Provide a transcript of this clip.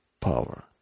power